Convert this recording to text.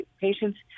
patients